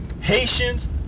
Haitians